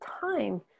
time